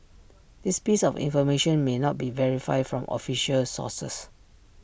this piece of information may not be verified from official sources